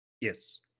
yes